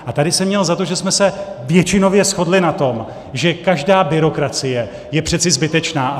A tady jsem měl za to, že jsme se většinově shodli na tom, že každá byrokracie je přece zbytečná.